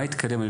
מה התקדם?